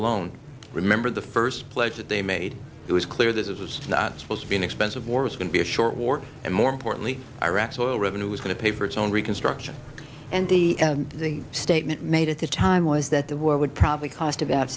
alone remember the first pledge that they made it was clear that it was not supposed to be an expensive war is going to be a short war and more importantly iraq's oil revenue was going to pay for its own reconstruction and the statement made at the time was that the war would probably cost about